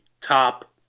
top